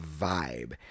vibe